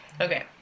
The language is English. Okay